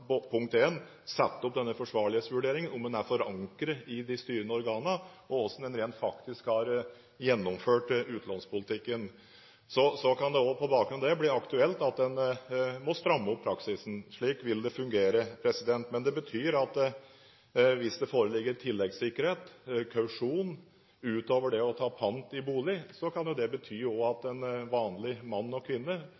gjennomført utlånspolitikken. Så kan det på bakgrunn av det bli aktuelt å stramme inn praksisen. Slik vil det fungere. Men det betyr at hvis det foreligger tilleggssikkerhet, kausjon, utover det å ta pant i bolig, kan også en vanlig mann og kvinne få et lån som går utover 85 pst. Det er kredittvurderingen, forsvarlighetsvurderingen og